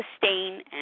sustain